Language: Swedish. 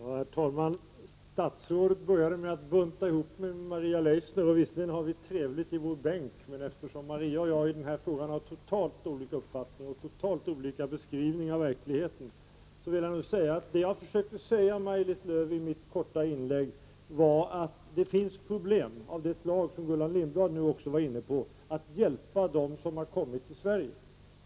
Herr talman! Statsrådet började med att bunta ihop Maria Leissner och mig. Visserligen har Maria Leissner och jag trevligt bänkgrannar som vi är. Men i denna fråga har Maria Leissner och jag totalt olika uppfattning om och totalt olika beskrivning av verkligheten. Vad jag försökte säga, statsrådet, i mitt korta inlägg var att det finns problem av det slag som Gullan Lindblad nyss var inne på. Det gäller alltså att hjälpa dem som har kommit till Sverige.